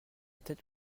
tête